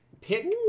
Pick